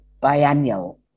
Biennial